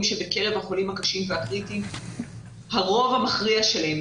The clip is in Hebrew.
שבקרב החולים הקשים והקריטיים הרוב המכריע שלהם,